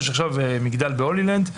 יש עכשיו מגדל בהולילנד,